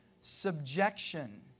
subjection